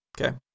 Okay